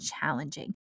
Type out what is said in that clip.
challenging